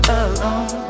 alone